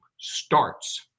starts